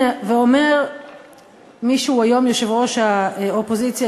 ואומר מי שהוא היום יושב-ראש האופוזיציה,